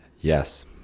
Yes